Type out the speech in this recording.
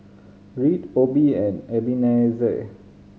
Reed Obie and Ebenezer